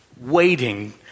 waiting